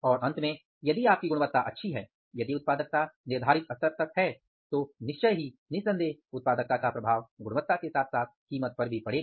और अंत में यदि आपकी गुणवत्ता अच्छी है यदि उत्पादकता तय स्तर तक है तो निश्चय ही उत्पादकता का प्रभाव गुणवत्ता के साथ साथ कीमत पर भी पड़ेगा